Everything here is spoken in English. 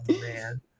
man